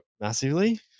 massively